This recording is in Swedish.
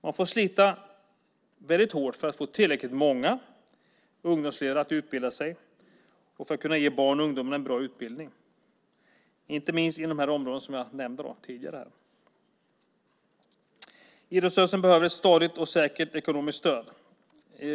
Man får slita mycket hårt för att få tillräckligt många ungdomsledare att utbilda sig och för att kunna ge barn och ungdomar en bra utbildning, inte minst inom de områden som jag tidigare nämnde. Idrottsrörelsen behöver ett stadigt och säkert ekonomiskt stöd.